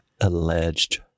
Alleged